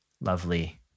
lovely